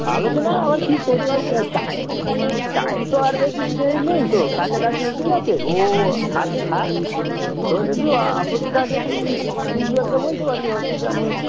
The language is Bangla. আলোচনা আবার কী করবি বলতো টাই টাইম তো আর বেশি দেরি নেই তো কাছাকাছি এসে গেছে ও আছে থাক তোর যদি আপত্তি থাকে তুই উজ্জ্বলকে বলতে পারিস অসুবিধা নেই